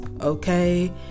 okay